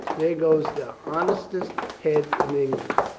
there goes the honestest head in england,